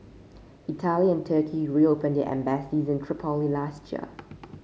Italy and Turkey reopened their embassies in Tripoli last year